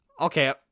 okay